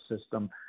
system